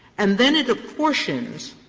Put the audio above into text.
and then it apportions,